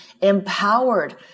empowered